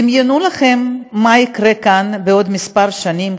דמיינו לכם מה יקרה כאן בעוד כמה שנים,